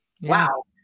wow